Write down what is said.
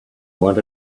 want